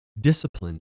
discipline